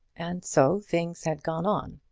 and so things had gone on.